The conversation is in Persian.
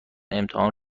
امتحان